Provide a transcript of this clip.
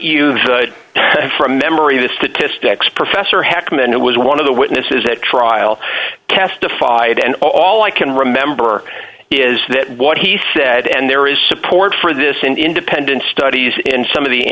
should from memory the statistics professor heckman it was one of the witnesses at trial testified and all i can remember is that what he said and there is support for this in independent studies and some of the